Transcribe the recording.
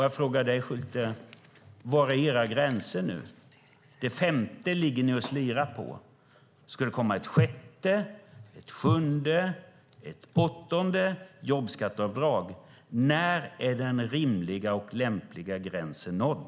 Jag frågar dig, Schulte, var era gränser finns. Kring det femte jobbskatteavdraget slirar ni. Ska det komma ett sjätte, ett sjunde och ett åttonde jobbskatteavdrag? När är den rimliga och lämpliga gränsen nådd?